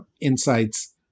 insights